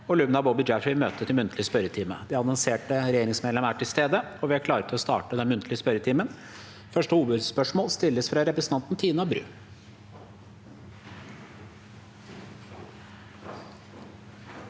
og Lubna Boby Jaffery vil møte til muntlig spørretime. De annonserte regjeringsmedlemmene er til stede, og vi er klare til å starte den muntlige spørretimen. Vi starter med første hovedspørsmål, fra representanten Tina Bru.